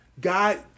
God